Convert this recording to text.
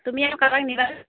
তুমি আৰু কাৰোবাক নিবানে